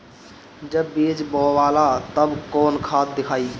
जब बीज बोवाला तब कौन खाद दियाई?